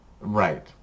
Right